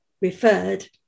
referred